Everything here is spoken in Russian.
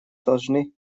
должны